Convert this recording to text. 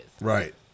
Right